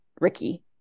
Ricky